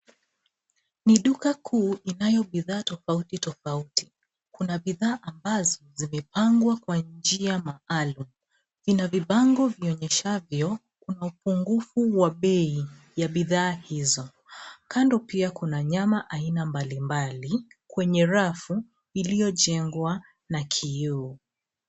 Ni duka kuu inayo bidhaa tofauti, tofauti. Kuna bidhaa ambazo zimepangwa kwa njia maalum. Ina vibango vionyeshavyo upungufu wa bei ya bidhaa hizo. Kando pia kuna nyama aina mbalimbali kwenye rafu iliyojengwa na kioo.